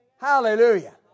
Hallelujah